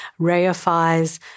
reifies